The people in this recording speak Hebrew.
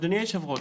אדוני היושב-ראש,